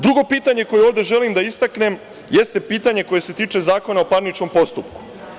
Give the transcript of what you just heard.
Drugo pitanje koje ovde želim da istaknem jeste pitanje koje se tiče Zakona o parničnom postupku.